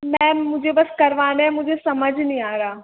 ma'am मुझे बस करवाने है मुझे समझ नहीं आ रहा